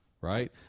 Right